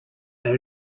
they